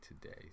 today